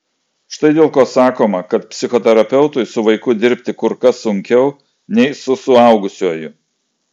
štai dėl ko sakoma kad psichoterapeutui su vaiku dirbti kur kas sunkiau nei su suaugusiuoju